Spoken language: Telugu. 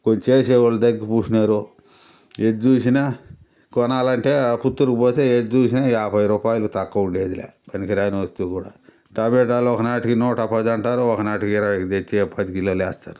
పోని చేసేవాళ్ళు తగ్గి పూడ్చినారు ఏది చూసినా కొనాలంటే పుత్తూరుకి పోతే ఏది చూసినా యాభై రూపాయలు తక్కువుండేది లే పనికి రాని వస్తువుకూడా టమేటాలు ఒక నాటికి నూట పదంటారు ఒకనాటికి ఇరవైకి తెచ్చి పది కిలోలు వేస్తారు